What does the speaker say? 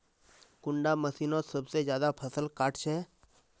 कुंडा मशीनोत सबसे ज्यादा फसल काट छै?